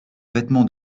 vêtements